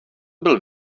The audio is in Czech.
byl